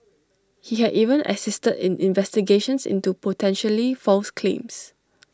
he had even assisted in investigations into potentially false claims